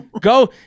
Go